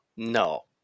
No